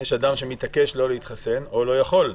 ויש אדם שמתעקש לא להתחסן או לא יכול להתחסן,